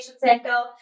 center